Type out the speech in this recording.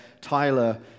Tyler